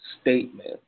statement